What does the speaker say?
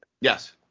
Yes